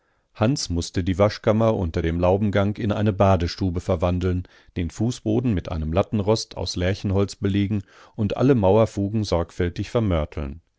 hans mußte die waschkammer unter dem laubengang in eine badestube verwandeln den fußboden mit einem lattenrost aus lärchenholz belegen und alle mauerfugen sorgfältig vermörteln